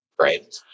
right